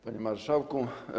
Panie Marszałku!